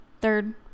third